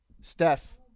Steph